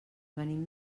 venim